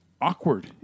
awkward